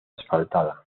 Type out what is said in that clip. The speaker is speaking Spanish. asfaltada